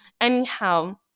Anyhow